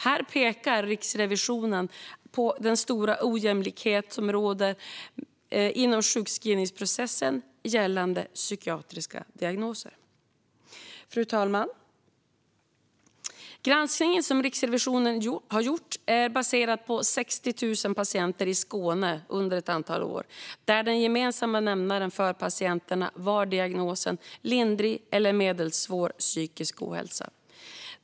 Här pekar Riksrevisionen på den stora ojämlikhet som råder inom sjukskrivningsprocessen gällande psykiatriska diagnoser. Fru talman! Den granskning som Riksrevisionen har gjort är baserad på 60 000 patienter i Skåne under ett antal år där den gemensamma nämnaren för patienterna var diagnosen lindrig eller medelsvår psykisk ohälsa.